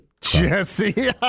Jesse